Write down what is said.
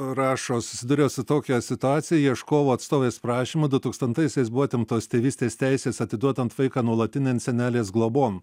rašo susiduriau su tokia situacija ieškovo atstovais prašymu dutūkstantaisiais buvo atimtos tėvystės teisės atiduodant vaiką nuolatinėn senelės globon